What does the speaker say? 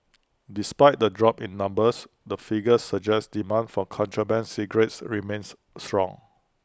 despite the drop in numbers the figures suggest demand for contraband cigarettes remains strong